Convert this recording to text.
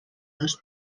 dos